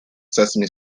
sesame